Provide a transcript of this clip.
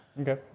Okay